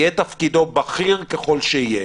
יהיה תפקידו בכיר ככל שיהיה.